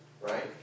right